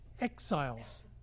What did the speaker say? exiles